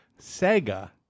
Sega